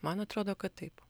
man atrodo kad taip